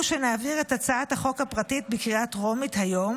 הוא שנעביר את הצעת החוק הפרטית בקריאה טרומית היום,